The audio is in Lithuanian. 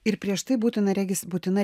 ir prieš tai būtina regis būtina